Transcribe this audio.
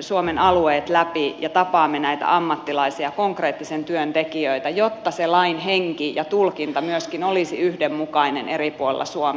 suomen alueet läpi ja tapaamme näitä ammattilaisia konkreettisen työn tekijöitä jotta se lain henki ja tulkinta myöskin olisi yhdenmukainen eri puolilla suomea